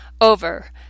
over